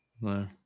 No